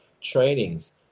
Trainings